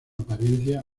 apariencia